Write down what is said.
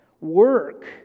work